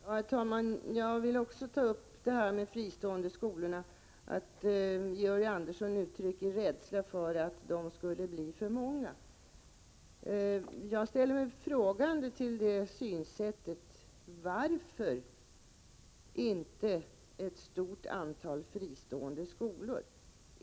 Herr talman! Jag vill också ta upp frågan om fristående skolor. Georg Andersson uttryckte sin rädsla för att det skulle bli för många av sådana skolor. Jag ställer mig frågande till det synsättet. Varför inte ett stort antal fristående skolor?